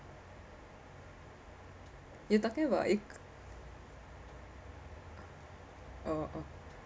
you're talking about ec~ oh oh